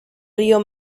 río